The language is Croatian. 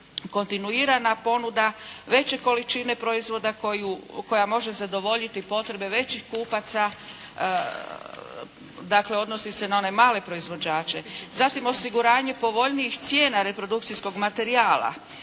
kontinuirana ponuda, veće količine proizvoda koja može zadovoljiti potrebe većih kupaca, dakle odnosi se na one male proizvođače. Zatim osiguranje povoljnijih cijena reprodukcijskog materijala,